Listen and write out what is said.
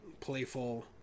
playful